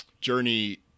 journey